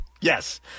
Yes